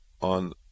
on